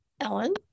Ellen